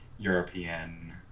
European